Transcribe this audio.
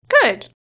good